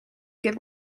give